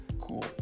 Cool